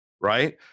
right